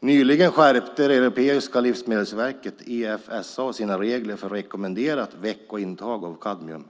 Nyligen skärpte det europeiska livsmedelsverket Efsa sina regler för rekommenderat veckointag av kadmium.